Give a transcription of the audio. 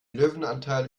löwenanteil